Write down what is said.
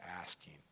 asking